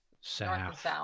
south